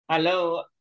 Hello